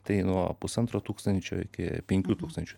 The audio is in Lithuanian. tai nuo pusantro tūkstančio iki penkių tūkstančių